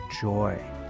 joy